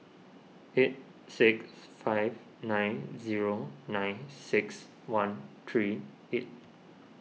eight six five nine zero nine six one three eight